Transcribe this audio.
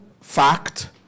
fact